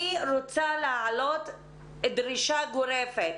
אני רוצה להעלות דרישה גורפת: